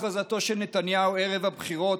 הכרזתו של נתניהו ערב הבחירות,